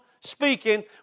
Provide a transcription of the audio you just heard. speaking